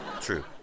True